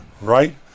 right